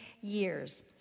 years